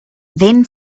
then